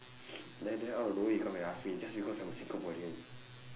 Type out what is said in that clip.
then then out of nowhere he come and ask me just because I'm a singaporean